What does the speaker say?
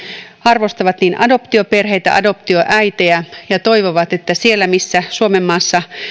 arvostavat niin adoptioperheitä kuin adoptioäitejä ja toivovat että siellä missä suomenmaassa